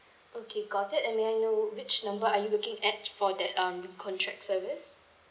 okay got it and may I know which number are you looking at for that um contract service